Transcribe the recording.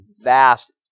vast